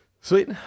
Sweet